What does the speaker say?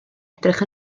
edrych